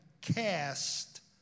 cast